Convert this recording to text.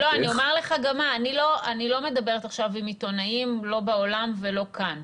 אני לא מדברת עכשיו עם עיתונאים לא בעולם ולא כאן.